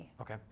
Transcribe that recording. Okay